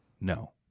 No